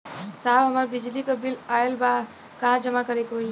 साहब हमार बिजली क बिल ऑयल बा कहाँ जमा करेके होइ?